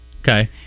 okay